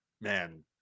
man